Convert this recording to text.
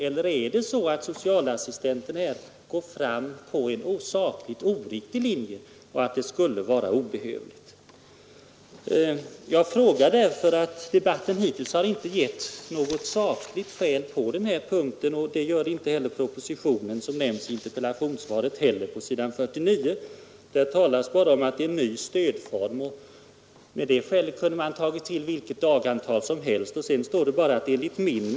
Eller är det så att socialassistenterna enligt statsrådet går fram efter en sakligt oriktig linje och att det skulle vara obehövligt att vara hemma en rejäl tid efter adoptionen? Jag frågar detta därför att debatten hittills inte givit något sakligt skäl till 20-dagarsgränsen, och därför att det gör inte heller den proposition — Nr 77 1973:47 som nämns i interpellationssvaret. På s. 49 anges det bara att det Onsdagen den här är fråga om en ny stödform, och med det skälet kunde man ju ha 2 maj 1973 tagit till vilket dagantal som helst.